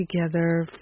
together